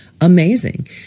amazing